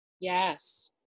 Yes